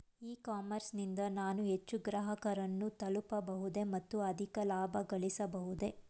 E commerce ನಿಂದ ನಾನು ಹೆಚ್ಚು ಗ್ರಾಹಕರನ್ನು ತಲುಪಬಹುದೇ ಮತ್ತು ಅಧಿಕ ಲಾಭಗಳಿಸಬಹುದೇ?